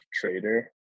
trader